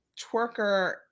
twerker